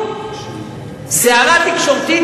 סערה תקשורתית.